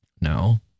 No